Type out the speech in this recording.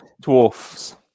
dwarfs